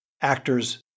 actors